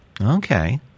Okay